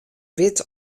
wit